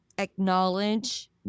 Acknowledge